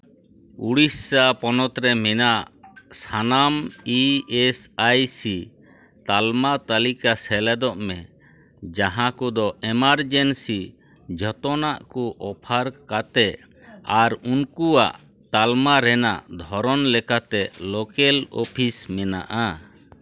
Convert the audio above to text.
ᱩᱲᱤᱥᱥᱟ ᱯᱚᱱᱚᱛ ᱨᱮ ᱢᱮᱱᱟᱜ ᱥᱟᱱᱟᱢ ᱤ ᱮᱥ ᱟᱭ ᱥᱤ ᱛᱟᱞᱢᱟ ᱛᱟᱹᱞᱤᱠᱟ ᱥᱮᱞᱮᱫᱚᱜ ᱢᱮ ᱡᱟᱦᱟᱸ ᱠᱚᱫᱚ ᱮᱢᱟᱨᱡᱮᱱᱥᱤ ᱡᱚᱛᱚᱱᱟᱜ ᱠᱚ ᱚᱯᱷᱟᱨ ᱠᱟᱛᱮᱫ ᱟᱨ ᱩᱱᱠᱩᱣᱟᱜ ᱛᱟᱞᱢᱟ ᱨᱮᱱᱟᱜ ᱫᱷᱚᱨᱚᱱ ᱞᱮᱠᱟᱛᱮ ᱞᱳᱡᱟᱞ ᱚᱯᱷᱤᱥ ᱢᱮᱱᱟᱜᱼᱟ